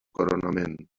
coronament